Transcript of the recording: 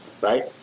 right